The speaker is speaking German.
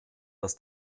das